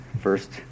first